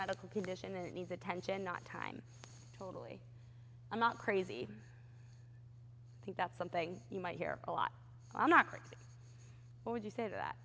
medical condition that needs attention not time totally i'm not crazy i think that's something you might hear a lot i'm not perfect but would you say that